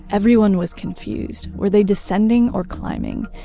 everyone was confused. were they descending or climbing?